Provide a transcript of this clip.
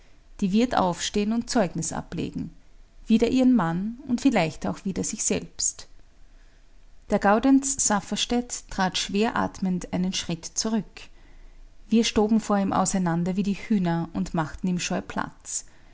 die wird aufstehen und zeugnis ablegen wider ihren mann und vielleicht auch wider sich selbst der gaudenz safferstätt trat schwer atmend einen schritt zurück wir stoben vor ihm auseinander wie die hühner und machten ihm